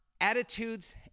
attitudes